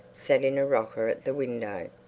sat in a rocker at the window,